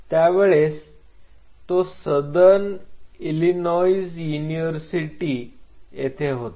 त्यावेळेस तो southern Illinois university येथे होता